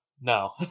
no